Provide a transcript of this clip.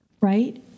right